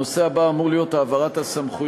הנושא הבא אמור להיות העברת הסמכויות,